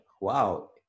wow